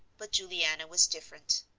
but juliana was different.